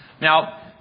Now